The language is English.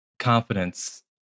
confidence